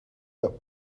the